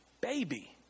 baby